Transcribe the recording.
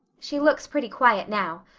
she looks pretty quiet now.